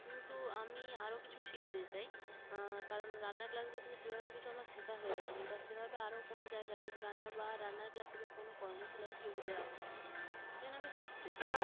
কিন্তু আমি আরো কিছু শিখতে চাই কারণ রান্নার ক্লাসগুলো থেকে সেভাবে কিছু আমার শেখা হয়ে ওঠেনি বা সেভাবে আরো কোনো জায়গায় রান্নার বা রান্নার ক্লাসে বা কোনো কর্মশালায় যোগ দেওয়া হয়নি সেই জন্য আমি শিখতে চাই